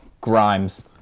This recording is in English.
Grimes